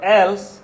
else